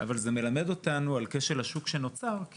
אבל זה מלמד אותנו על כשל השוק שנוצר כי